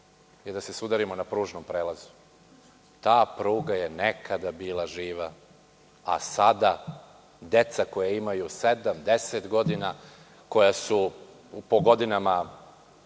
da se sudarimo na pružnom prelazu. Ta pruga je nekada bila živa, a sada deca koja imaju sedam, deset godina, koja su po godinama